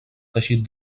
teixit